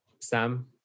Sam